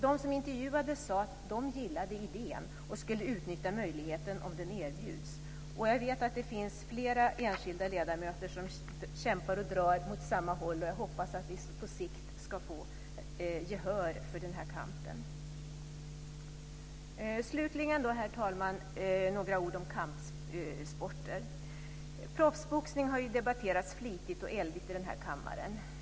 De som intervjuades sade att de gillade idén och skulle utnyttja möjligheten om den erbjöds. Jag vet att det finns flera enskilda ledamöter som kämpar och drar mot samma håll, och jag hoppas att vi på sikt ska få gehör för den här kampen. Slutligen, herr talman, vill jag säga några ord om kampsporter. Proffsboxning har ju debatterats flitigt och eldigt i den här kammaren.